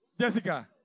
Jessica